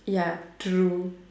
ya true